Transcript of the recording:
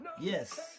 Yes